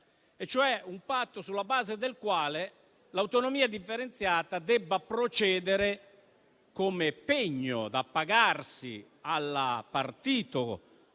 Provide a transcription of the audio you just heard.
sulla base del quale cioè l'autonomia differenziata debba procedere come pegno da pagarsi al partito